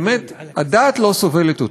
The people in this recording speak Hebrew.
אדוני סגן השר,